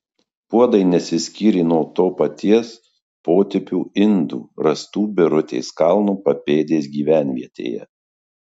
puodai nesiskyrė nuo to paties potipio indų rastų birutės kalno papėdės gyvenvietėje